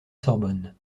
sorbonne